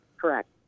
Correct